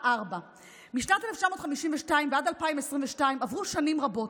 16:00. משנת 1952 ועד 2022 עברו שנים רבות,